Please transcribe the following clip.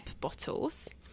bottles